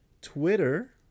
Twitter